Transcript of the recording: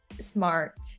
smart